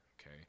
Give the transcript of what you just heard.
okay